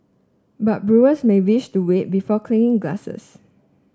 but brewers may wish to wait before clinking glasses